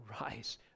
rise